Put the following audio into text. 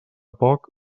poc